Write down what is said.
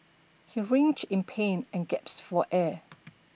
he writhed in pain and gasped for air